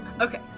Okay